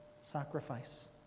sacrifice